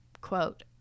quote